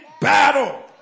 battle